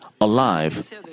alive